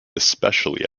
especially